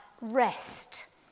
rest